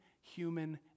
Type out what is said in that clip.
human